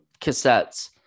cassettes